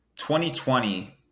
2020